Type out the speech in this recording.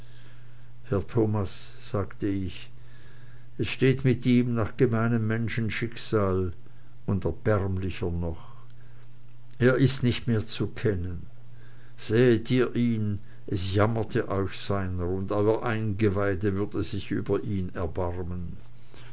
herr thomas sagte ich es steht mit ihm nach gemeinem menschenschicksal und erbärmlicher noch er ist nicht mehr zu kennen sähet ihr ihn es jammerte euch seiner und euer eingeweide würde sich über ihn erbarmen